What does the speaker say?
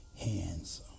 hands